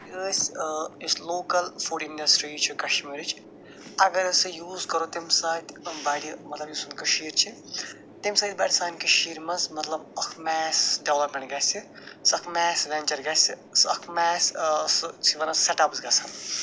أسۍ أسۍ local food industry چھِ کشمیٖرٕچ اگر ہسا یوٗز کَرو تَمہِ ساتہِ بڑِ مطلب یُس کٔشیٖر چھِ تَمہِ سۭتۍ بَڑِ سانہِ کٔشیٖرِ منٛز مطلب اکھ میس ڈٮ۪ولَپمٮ۪نٛٹ گَژھِ سُہ اکھ میس وٮ۪نٛچر گَژھِ سُہ اکھ میس سُہ وَنس سٮ۪ٹپٕس گَژھان